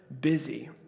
busy